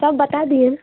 सब बात दिए